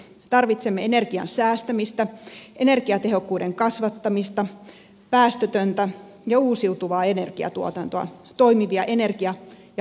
tarvitsemme energian säästämistä energiatehokkuuden kasvattamista päästötöntä ja uusiutuvaa energiatuotantoa toimivia energia ja päästömarkkinoita